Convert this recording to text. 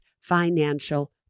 financial